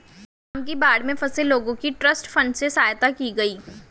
आसाम की बाढ़ में फंसे लोगों की ट्रस्ट फंड से सहायता की गई